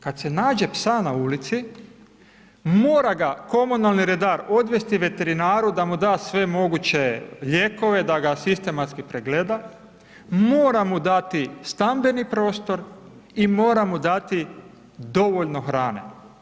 Kad se nađe psa na ulici, mora ga komunalni redar odvesti veterinaru da mu da sve moguće lijekove, da ga sistematski pregleda, mora mu dati stambeni prostor i mora mu dati dovoljno hrane.